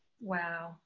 Wow